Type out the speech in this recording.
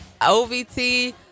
OVT